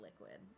liquid